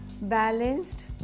balanced